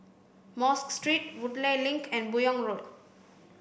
Mosque Street Woodleigh Link and Buyong Road